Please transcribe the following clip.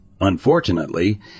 Unfortunately